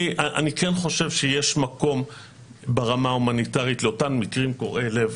אני כן חושב שיש מקום ברמה ההומניטרית לאותם מקרים קורעי לב